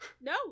No